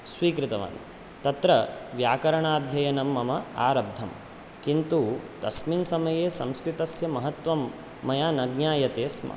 स्वीकृतवान् तत्र व्याकरणाध्ययनं मम आरब्धं किन्तु तस्मिन् समये संस्कृतस्य महत्वं मया ज ज्ञायते स्म